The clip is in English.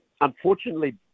unfortunately